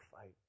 fight